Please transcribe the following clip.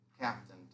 captain